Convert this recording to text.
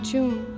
June